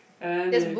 and then they